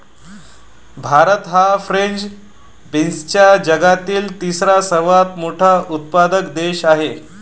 भारत हा फ्रेंच बीन्सचा जगातील तिसरा सर्वात मोठा उत्पादक देश आहे